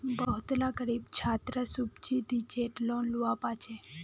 बहुत ला ग़रीब छात्रे सुब्सिदिज़ेद लोन लुआ पाछे